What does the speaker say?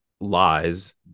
lies